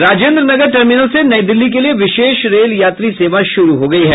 Rajendranagar terminal से नई दिल्ली के लिए विशेष रेल यात्री सेवा शुरु हो गयी है